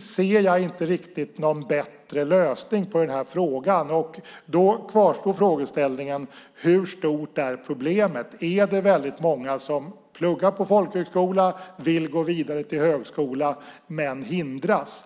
ser jag inte riktigt någon bättre lösning på frågan. Då kvarstår frågeställningen: Hur stort är problemet? Är det väldigt många som pluggar på folkhögskola och vill gå vidare till högskolan men hindras?